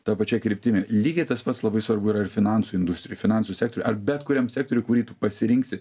ta pačia kryptimi lygiai tas pats labai svarbu yra ir finansų industrijoj finansų sektoriuj ar bet kuriam sektoriuj kurį tu pasirinksi